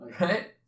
Right